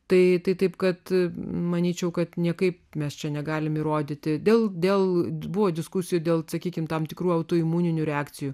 tai taip kad manyčiau kad niekaip mes čia negalime įrodyti dėl dėl buvo diskusijų dėl sakykime tam tikrų autoimuninių reakcijų